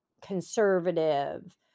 conservative